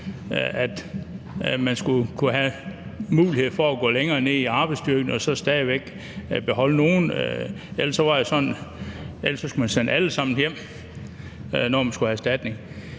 at man skulle have mulighed for at gå længere ned i antal i arbejdsstyrken og så stadig væk beholde nogle. Ellers skulle man sende alle sammen hjem, hvis man skulle have erstatning.